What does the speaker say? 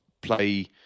play